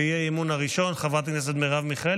באי-אמון הראשון חברת הכנסת מרב מיכאלי,